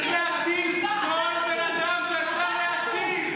אתה חצוף --- צריך להציל כל בן אדם שאפשר להציל.